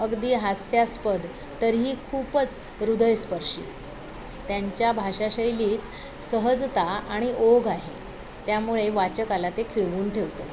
अगदी हास्यास्पद तरीही खूपच हृदयस्पर्शी त्यांच्या भाषाशैलीत सहजता आणि ओघ आहे त्यामुळे वाचकाला ते खिळवून ठेवतं